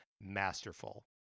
masterful